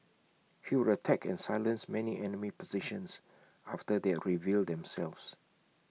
he would attack and silence many enemy positions after they had revealed themselves